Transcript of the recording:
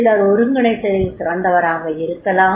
சிலர் ஒருங்கிணைத்தலில் சிறந்தவராக இருக்கலாம்